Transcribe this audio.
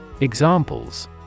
Examples